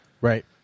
Right